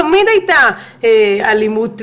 תמיד הייתה אלימות מינית,